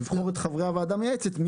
לבחור את חברי הוועדה המייעצת,